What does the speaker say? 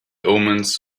omens